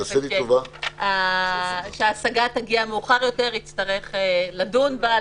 כך שכשההשגה תגיע מאוחר יותר הוא יצטרך לדון בה,